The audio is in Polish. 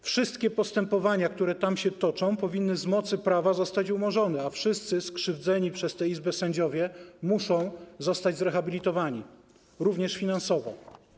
Wszystkie postępowania, które się tam toczą, powinny z mocy prawa zostać umorzone, a wszyscy skrzywdzeni przez tę izbę sędziowie muszą zostać zrehabilitowani, również finansowo.